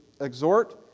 exhort